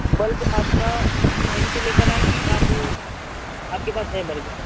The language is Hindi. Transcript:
बल्ब आपका हम यहीं से लेकर आएँ कि आप आपके पास है बल्ब